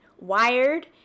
wired